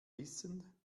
wissen